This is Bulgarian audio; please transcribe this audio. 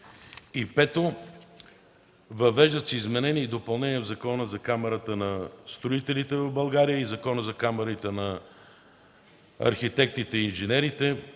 5. Въвеждат се и изменения и допълнения в Закона за Камарата на строителите в България и в Закона за камарите на архитектите и инженерите